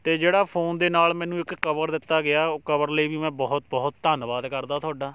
ਅਤੇ ਜਿਹੜਾ ਫੋਨ ਦੇ ਨਾਲ਼ ਮੈਨੂੰ ਇੱਕ ਕਵਰ ਦਿੱਤਾ ਗਿਆ ਉਹ ਕਵਰ ਲਈ ਵੀ ਮੈਂ ਬਹੁਤ ਬਹੁਤ ਧੰਨਵਾਦ ਕਰਦਾ ਤੁਹਾਡਾ